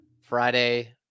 Friday